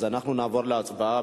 אנחנו נעבור להצבעה.